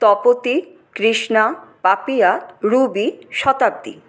Tapati Krishna Papiya Ruby Shatabdi